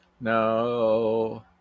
No